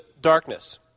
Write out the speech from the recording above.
darkness